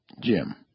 Jim